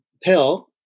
pill